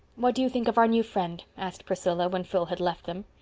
what do you think of our new friend? asked priscilla, when phil had left them.